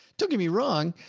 don't get me wrong.